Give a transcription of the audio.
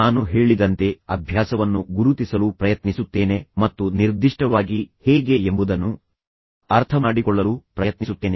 ನಾನು ಹೇಳಿದಂತೆ ಅಭ್ಯಾಸವನ್ನು ಗುರುತಿಸಲು ಪ್ರಯತ್ನಿಸುತ್ತೇನೆ ಮತ್ತು ನಂತರ ನಿರ್ದಿಷ್ಟವಾಗಿ ಹೇಗೆ ಎಂಬುದನ್ನು ಅರ್ಥಮಾಡಿಕೊಳ್ಳಲು ಪ್ರಯತ್ನಿಸುತ್ತೇನೆ